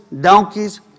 donkeys